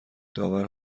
داور